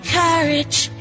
courage